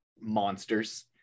monsters